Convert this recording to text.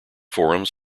forums